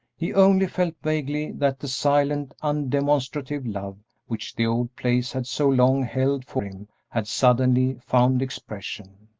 he only felt vaguely that the silent, undemonstrative love which the old place had so long held for him had suddenly found expression.